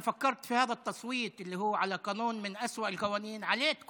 אני חשבתי שההצבעה הזאת היא על חוק שהוא אחד החוקים הגרועים ביותר,